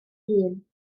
hun